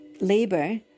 labor